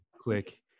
click